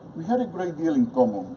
we had a great deal in common.